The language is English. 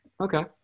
Okay